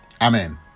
Amen